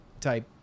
type